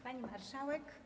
Pani Marszałek!